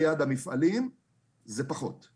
שנת חיים וזה כמובן יוצר שוני בתוצאות.